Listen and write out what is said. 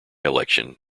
election